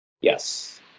Yes